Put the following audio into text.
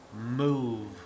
move